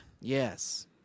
Yes